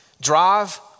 drive